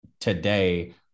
today